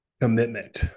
commitment